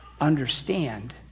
understand